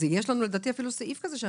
לדעתי יש לנו אפילו סעיף כזה.